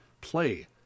play